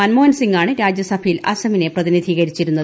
മൻമോഹൻസിംഗാണ് രാജ്യസഭയിൽ അസമിനെ പ്രതിനിധീകരിച്ചിരുന്നത്